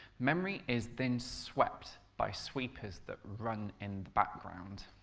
memory is then swept by sweepers that run in the background,